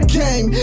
game